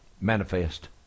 manifest